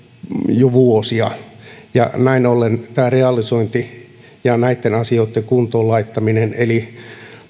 jo vuosia näin ollen tämä realisointi ja näitten asioitten kuntoon laittaminen eli